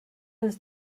his